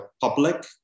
public